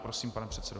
Prosím, pane předsedo.